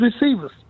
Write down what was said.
receivers